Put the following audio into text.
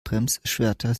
bremsschwerter